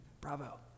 Bravo